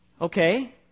Okay